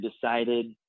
decided